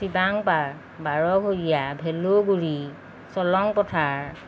চিবাংপাৰ বাৰঘৰীয়া ভেলৌ গুড়ি চলংপথাৰ